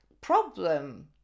problem